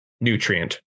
nutrient